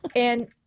and,